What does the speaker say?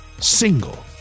single